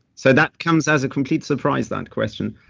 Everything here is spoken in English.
so that comes as a complete surprise, that question.